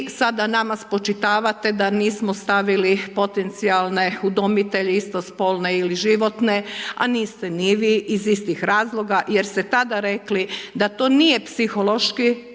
sada nama spočitavate da nismo stavili potencijalne udomitelje istospolne ili životne, a niste ni vi iz istih razloga jer ste tada rekli da to nije psihološki